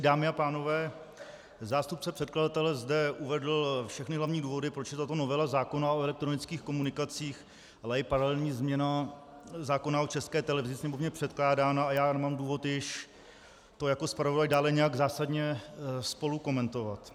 Dámy a pánové, zástupce předkladatele zde uvedl všechny hlavní důvody, proč je tato novela zákona o elektronických komunikacích, ale i paralelní změna zákona o České televizi sněmovně předkládána a já nemám důvod již to jako zpravodaj dále nijak zásadně spolukomentovat.